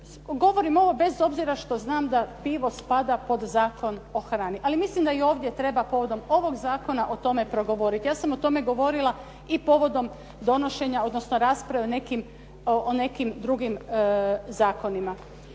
Govorim ovo bez obzira što znam da pivo spada pod Zakon o hrani, ali mislim da i ovdje treba povodom ovog zakona o tome progovoriti. Ja sam o tome govorila i povodom donošenja odnosno rasprave o nekim drugim zakonima.